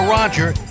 Roger